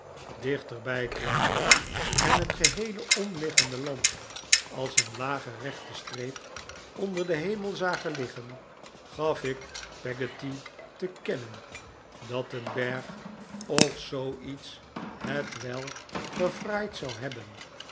dichterbij kwamen en het geheele omliggende land als een lage rechte streep onder den hemel zagen liggen gaf ik peggotty te kennen dat een berg of zooiets het wel verfraaid zou heb